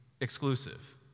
exclusive